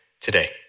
today